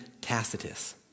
Tacitus